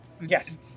Yes